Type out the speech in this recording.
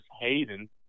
Hayden